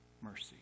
mercy